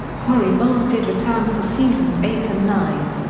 cory bowles did return for seasons eight and nine.